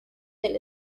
del